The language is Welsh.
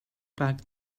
bag